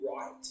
right